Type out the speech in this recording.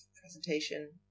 presentation